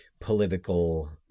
political